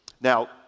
Now